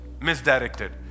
Misdirected